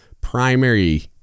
primary